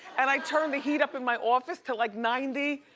and i turned the heat up in my office to like ninety.